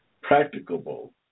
Practicable